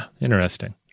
Interesting